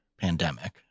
pandemic